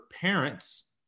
parents